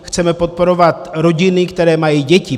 Chceme podporovat rodiny, které mají děti.